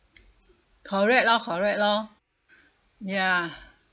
correct lor correct lor ya